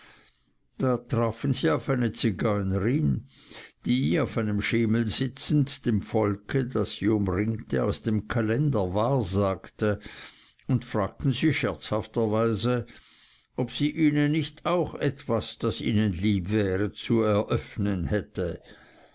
da trafen sie auf eine zigeunerin die auf einem schemel sitzend dem volk das sie umringte aus dem kalender wahrsagte und fragten sie scherzhafter weise ob sie ihnen nicht auch etwas das ihnen lieb wäre zu eröffnen hätte